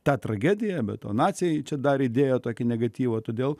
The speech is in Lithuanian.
tą tragediją be to naciai čia dar įdėjo tokį negatyvą todėl